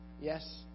Yes